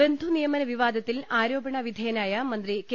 ബന്ധുനിയമന വിവാദത്തിൽ ആരോപണ വിധേയനായ മന്ത്രി കെ